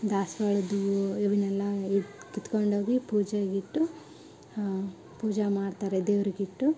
ದಾಸವಾಳದ್ ಹೂವು ಇವನ್ನೆಲ್ಲ ಕಿತ್ಕೊಂಡೋಗಿ ಪೂಜೆಗಿಟ್ಟು ಪೂಜೆ ಮಾಡ್ತಾರೆ ದೇವರಿಗಿಟ್ಟು